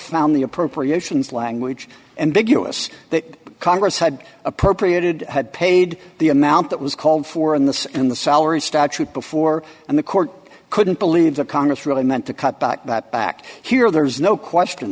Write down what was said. the appropriations language and big us that congress had appropriated had paid the amount that was called for in this and the salary statute before and the court couldn't believe that congress really meant to cut back that back here there's no question